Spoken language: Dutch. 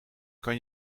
kan